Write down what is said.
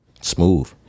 smooth